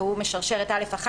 והוא משרשר את (א1),